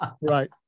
right